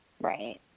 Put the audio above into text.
Right